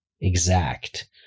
exact